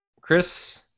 Chris